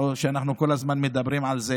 ואנחנו מדברים על זה